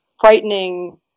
frightening